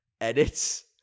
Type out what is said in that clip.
edits